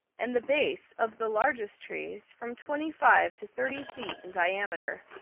and the base of the largest trees from twenty-five to thirty feet in diameter.